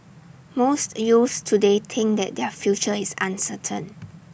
most youths today think that their future is uncertain